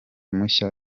mushya